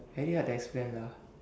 very hard to explain lah